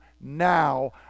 now